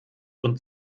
und